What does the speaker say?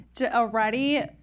already